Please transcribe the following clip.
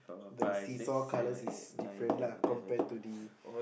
the see saw colours is different lah compared to the